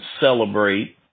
celebrate